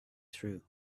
through